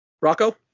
Rocco